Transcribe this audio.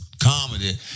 comedy